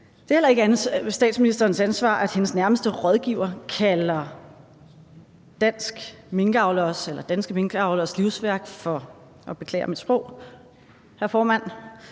heller ikke statsministerens ansvar, at hendes nærmeste rådgiver kalder danske minkavleres livsværk for – og jeg beklager mit sprog,